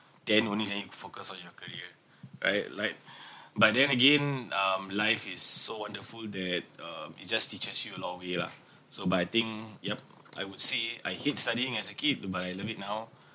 then only then you focus on your career right like but then in um life it's so wonderful that um it just teaches you a lot of way lah so but I think yup I would say I hate studying as a kid but I love it now